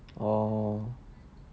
oh